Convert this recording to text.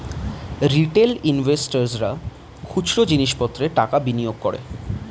retail ইনভেস্টর্সরা খুচরো জিনিস পত্রে টাকা বিনিয়োগ করে